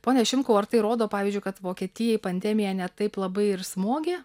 pone šimkau ar tai rodo pavyzdžiui kad vokietijai pandemija ne taip labai ir smogė